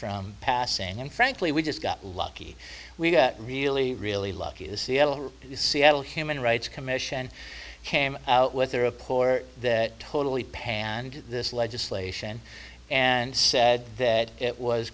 from passing and frankly we just got lucky we got really really lucky seattle the seattle human rights commission came out with their a poor that totally panned this legislation and said that it was